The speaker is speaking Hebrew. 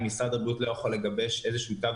אם משרד הבריאות לא יכול לעשות זאת.